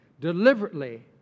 deliberately